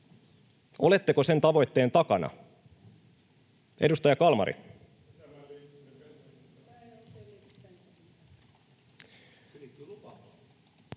Oletteko sen tavoitteen takana, edustaja Kalmari?